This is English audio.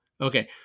Okay